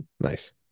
Nice